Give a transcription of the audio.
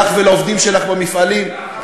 לך ולעובדים שלך במפעלים?